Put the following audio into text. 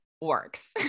works